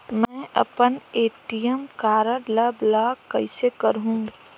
मै अपन ATM card ल ब्लाक कइसे करहूं?